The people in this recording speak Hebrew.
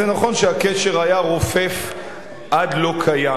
זה נכון שהקשר היה רופף עד לא קיים.